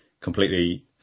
completely